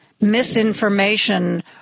misinformation